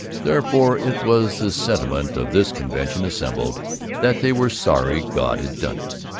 therefore it was the sentiment of this convention assembled that they were sorry god had done it,